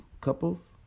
couples